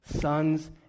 sons